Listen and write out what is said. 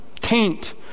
taint